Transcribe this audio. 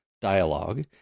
dialogue